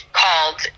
called